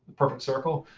perfect circle?